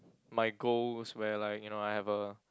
my goals where like you know I have a